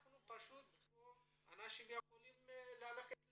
ואנשים יכולים ללכת לאיבוד.